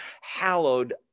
hallowed